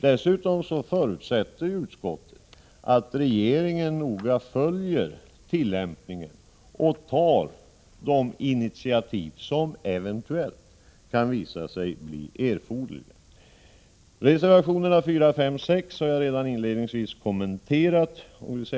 Dessutom förutsätter utskottet att regeringen noga följer tillämpningen och tar de initiativ som eventuellt kan visa sig erforderliga. Reservationerna 4-6 har jag redan inledningsvis kommenterat.